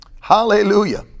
Hallelujah